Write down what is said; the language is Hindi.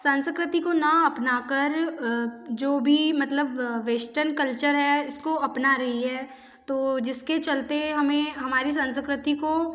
सस्कृति को ना अपना कर जो भी मतलब वेश्टर्न कल्चर है इसको अपना रही है तो जिसके चलते हमें हमारी संस्कृति को